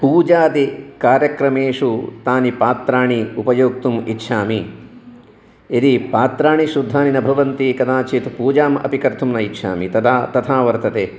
पूजादिकार्यक्रमेषु तानि पात्राणि उपयोक्तुम् इच्छामि यदि पात्राणि शुद्धानि न भवन्ति कदाचित् पूजाम् अपि कर्तुं न इच्छामि तदा तथा वर्तते